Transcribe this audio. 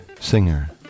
singer